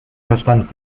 verstand